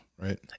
Right